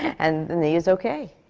and the knee is okay!